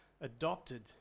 adopted